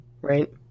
right